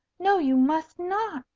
no, you must not,